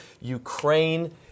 Ukraine